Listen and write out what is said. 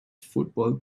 football